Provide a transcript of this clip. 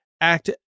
act